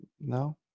no